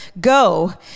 Go